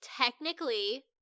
technically